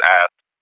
asked